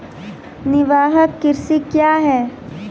निवाहक कृषि क्या हैं?